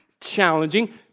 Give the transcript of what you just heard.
challenging